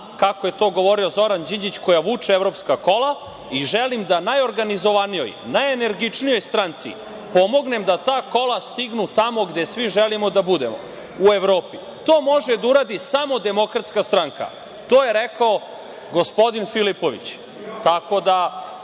kako je to govorio Zoran Đinđić, koja vuče evropska kola i želim da najorganizovanijoj, najenergičnijoj stranci pomognem da ta kola stignu tamo gde svi želimo da budemo, u Evropi. To može da uradi samo DS. To je rekao gospodin Filipović. Ne